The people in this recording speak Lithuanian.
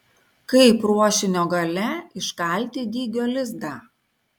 kaip ruošinio gale iškalti dygio lizdą